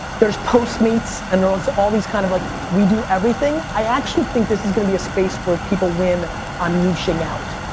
there's postmates and there was all these kind of, like, we do everything. i actually think this is gonna be a space where people win on niching out.